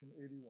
1981